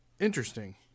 Interesting